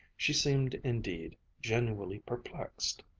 she seemed indeed genuinely perplexed.